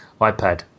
iPad